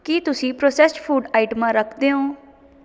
ਕੀ ਤੁਸੀਂ processed food ਆਈਟਮਾਂ ਰੱਖਦੇ ਓਂ